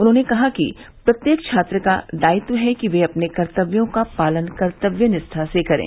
उन्होंने कहा कि प्रत्येक छात्र का दायित्व है कि वे अपने कर्तव्यों का पालन कर्मनिष्ठा से करें